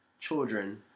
children